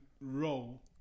role